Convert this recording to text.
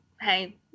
hey